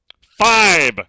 Five